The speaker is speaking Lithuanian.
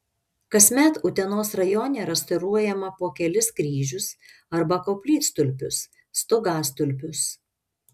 kasmet utenos rajone restauruojama po kelis kryžius arba koplytstulpius stogastulpius